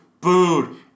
booed